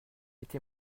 été